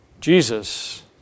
Jesus